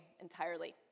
entirely